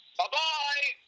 Bye-bye